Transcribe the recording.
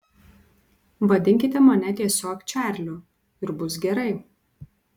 vadinkite mane tiesiog čarliu ir bus gerai